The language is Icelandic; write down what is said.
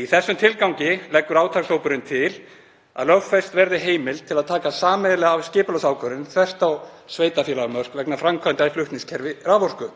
Í þessum tilgangi leggur átakshópurinn til að lögfest verði heimild til að taka sameiginlega skipulagsákvörðun þvert á sveitarfélagamörk vegna framkvæmda í flutningskerfi raforku.